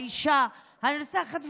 האישה הנרצחת,